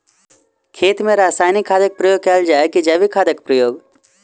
खेत मे रासायनिक खादक प्रयोग कैल जाय की जैविक खादक प्रयोग?